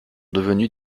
devenus